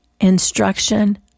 instruction